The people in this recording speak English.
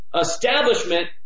establishment